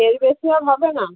এর বেশি আর হবে না